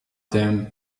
them